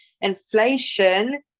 inflation